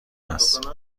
است